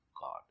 God